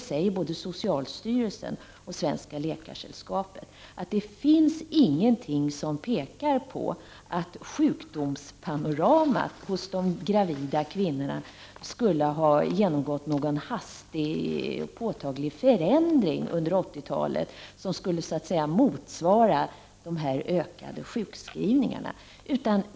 Både socialstyrelsen och Läkaresällskapet hävdar att det inte finns någonting som pekar på att sjukdomsbilden hos de gravida kvinnorna har genomgått någon hastig och påtaglig förändring under 80-talet som skulle motsvara det ökade antalet sjukskrivningar.